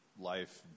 life